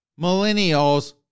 Millennials